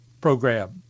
program